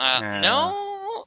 No